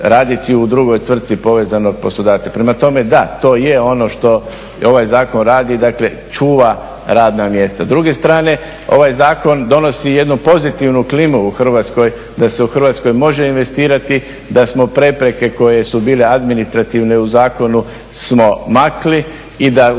u drugoj tvrtci povezanog poslodavca. Prema tome, da, to je ono što ovaj zakon radi, dakle, čuva radna mjesta.